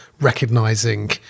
recognizing